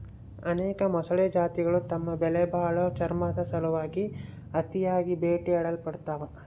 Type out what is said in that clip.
ಅನೇಕ ಮೊಸಳೆ ಜಾತಿಗುಳು ತಮ್ಮ ಬೆಲೆಬಾಳೋ ಚರ್ಮುದ್ ಸಲುವಾಗಿ ಅತಿಯಾಗಿ ಬೇಟೆಯಾಡಲ್ಪಡ್ತವ